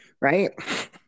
right